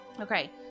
Okay